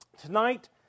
Tonight